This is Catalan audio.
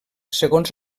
segons